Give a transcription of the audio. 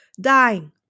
dying